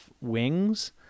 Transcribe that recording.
wings